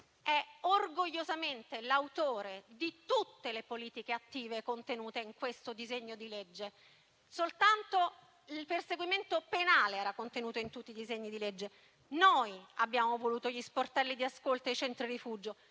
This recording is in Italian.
è orgogliosamente l'autore di tutte le politiche attive contenute in questo disegno di legge. Soltanto il perseguimento penale era contenuto in tutti i disegni di legge, ma noi abbiamo voluto gli sportelli di ascolto e i centri rifugio;